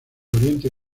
oriente